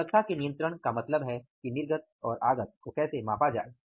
उत्पादकता के नियंत्रण का मतलब है कि निर्गत और आगत को कैसे मापा जाये